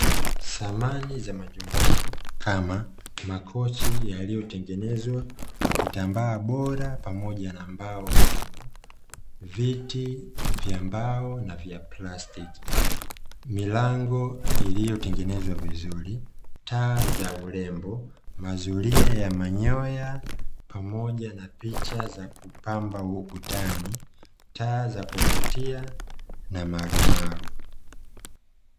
Samani za majumbani kama makochi yaliyotengenezwa kwa kitambaa bora pamoja na mbao, viti vya mbao na viti vya plastiki, milango iliyotengenezwa vizuri, taa za urembo, mazulia ya manyoya pamoja na picha za kupamba ukutani, taa za kuvutia na marumaru.